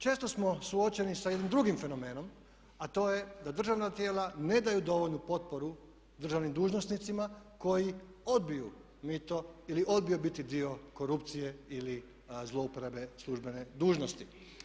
Često smo suočeni sa jednim drugim fenomenom, a to je da državna tijela ne daju dovoljnu potporu državnim dužnosnicima koji odbiju mito ili odbiju biti dio korupcije ili zlouporabe službene dužnosti.